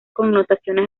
connotaciones